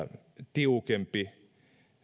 tiukempi